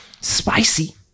spicy